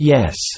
Yes